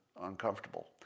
uncomfortable